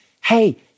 hey